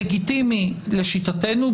לגיטימי לשיטתנו,